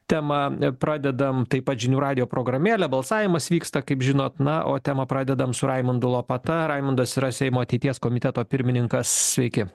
temą nepradedame taip pat žinių radijo programėle balsavimas vyksta kaip žinot na o temą pradedam su raimundu lopata raimundas yra seimo ateities komiteto pirmininkas sveiki